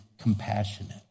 compassionate